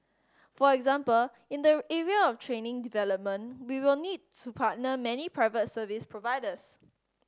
for example in the area of training development we will need to partner many private service providers